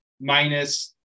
minus